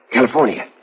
California